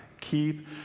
keep